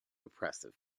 oppressive